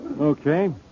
Okay